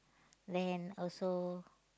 then also